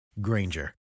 Granger